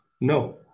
No